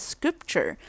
Scripture